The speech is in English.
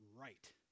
Right